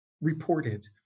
reported